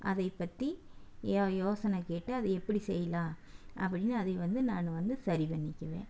அதைப் பற்றி யோசனை கேட்டு அதை எப்படி செய்யலாம் அப்படின்னு அதை வந்து நான் வந்து சரி பண்ணிக்குவேன்